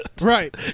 right